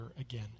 again